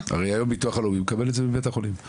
הרי היום ביטוח לאומי מקבל את זה מבית החולים,